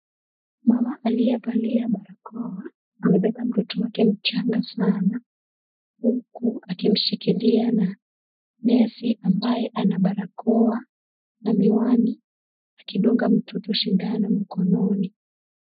Mama aliyevalia barakoa, amebeba mtoto wake mchanga sana huku akimshikilia na nesi ambaye ana barakoa na miwani, akidunga mtoto sindano mkononi.